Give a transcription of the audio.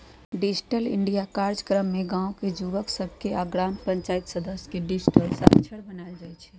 digital India काजक्रम में गाम के जुवक सभके आऽ ग्राम पञ्चाइत सदस्य के डिजिटल साक्षर बनाएल जाइ छइ